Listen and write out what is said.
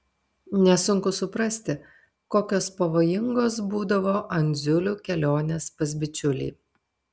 nesunku suprasti kokios pavojingos būdavo andziulių kelionės pas bičiulį